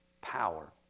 power